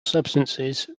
substances